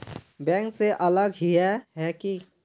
Bank से अलग हिये है की?